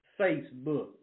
Facebook